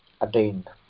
attained